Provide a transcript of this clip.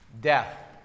death